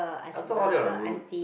I felt all that were rude